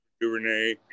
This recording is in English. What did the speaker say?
DuVernay